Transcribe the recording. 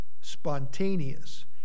spontaneous